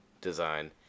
design